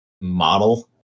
model